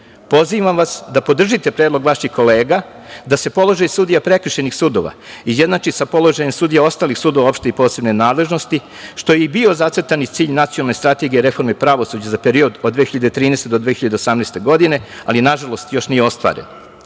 pozivam vas da podržite predlog vaših kolega da se položaj sudija prekršajnih sudova izjednači sa položajem sudija ostalih sudova opšte i posebne nadležnosti, što je i bio zacrtani cilj nacionalne strategije reforme i pravosuđa za period od 2013. do 2018. godine, ali nažalost još nije ostvaren. Na